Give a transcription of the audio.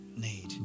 need